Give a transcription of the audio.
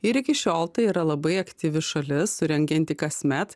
ir iki šiol tai yra labai aktyvi šalis surengianti kasmet